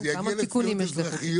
אתה צודק